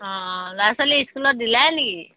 অঁ অঁ ল'ৰা ছোৱালী স্কুলত দিলায়েই নেকি